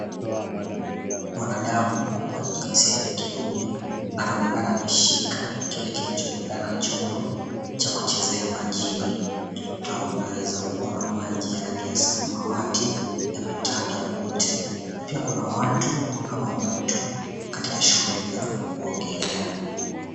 Wanadamu wa jinsia ya kiume anaonekana ameshika kile kinachoonekana chombo cha kuchezea majini. Twaweza kuona maji ya rangi ya samawati yametanda kwote na pia kuna watu ama mtu katika shughuli za kuogelea.